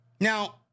Now